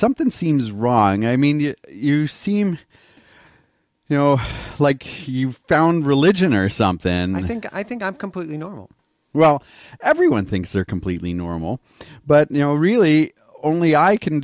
something seems wrong i mean you seem you know like you've found religion or something and i think i think i'm completely normal well everyone thinks they're completely normal but you know really only i can